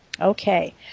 Okay